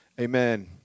Amen